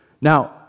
Now